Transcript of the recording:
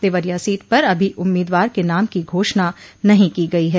Deoria seat पर अभी उम्मीदवार के नाम की घोषणा नहीं की गई है